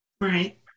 right